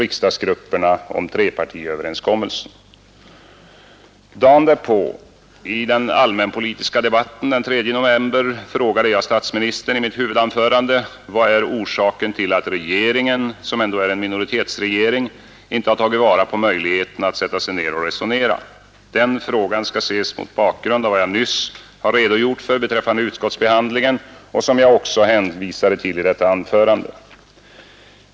I den allmänpolitiska debatten den 3 november frågade jag statsministern i mitt huvudanförande: ”Vad är orsaken till att regeringen, som ändå är en minoritetsregering, inte har tagit vara på möjligheterna att sätta sig ner och resonera?” Denna fråga skall ses mot bakgrund av vad jag nyss har redogjort för beträffande utskottsbehandlingen som jag också hänvisade till i anförandet.